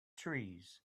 trees